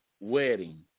wedding